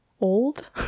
old